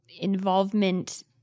involvement